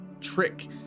trick